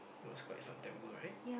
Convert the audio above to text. that was quite some time ago right